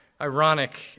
ironic